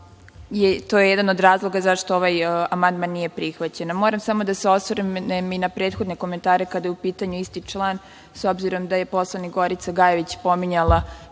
to je jedan od razloga zašto ovaj amandman nije prihvaćen. Moram samo da se osvrnem i na prethodne komentare kada je u pitanju isti član, s obzirom da je poslanik Gorica Gajević pominjala